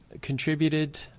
contributed